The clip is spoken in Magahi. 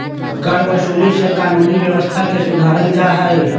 करवसूली से कानूनी व्यवस्था के सुधारल जाहई